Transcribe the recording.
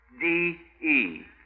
D-E